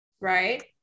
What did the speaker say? Right